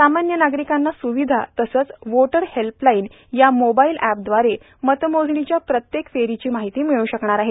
सामान्य नागरिकांना सुविधा तसंच वोटर हेल्पलाइन या मोबाईल अप्रद्वारे मतमोजणीच्या प्रत्येक फेरीची माहिती मिळ् शकणार आहे